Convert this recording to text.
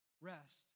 Rest